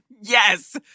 Yes